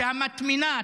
שהמטמנה,